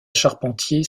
charpentier